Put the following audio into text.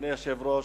אדוני היושב-ראש,